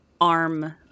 arm